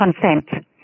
consent